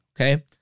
okay